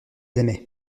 aimaient